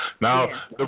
Now